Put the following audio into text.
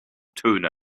töne